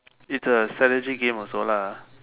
it's a strategic game also lah